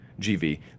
GV